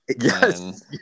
yes